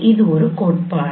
அது ஒரு கோட்பாடு